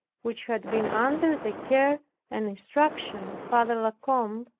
which had been under the care and instruction of father la combe,